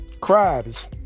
crabs